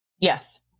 Yes